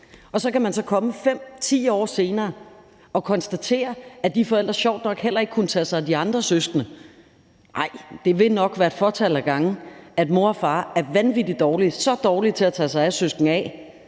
Og så kan man komme 5-10 år senere og konstatere, at de forældre sjovt nok heller ikke kunne tage sig af de andre søskende. Nej, det vil nok være et fåtal af gange, at mor og far er vanvittig dårlige, så dårlige til at tage sig af